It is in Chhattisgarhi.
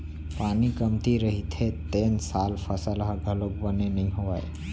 पानी कमती रहिथे तेन साल फसल ह घलोक बने नइ होवय